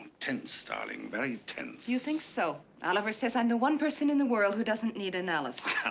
tense, darling, very tense. you think so? oliver says i'm the one person in the world who doesn't need analysis.